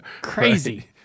crazy